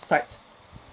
site